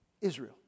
Israel